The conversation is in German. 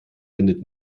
wendet